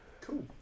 Cool